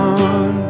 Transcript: on